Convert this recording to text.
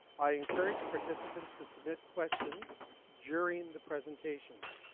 i encourage participants to submit questions during the presentations.